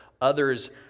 others